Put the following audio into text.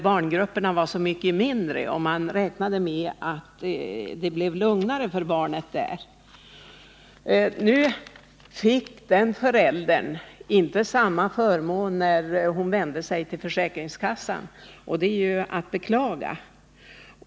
Barngrupperna där var så mycket mindre, och man räknade med att det skulle bli lugnare för barnet. Den här föräldern fick inte samma förmåner som andra föräldrar när hon vände sig till försäkringskassan, och det är att beklaga.